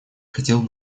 хотел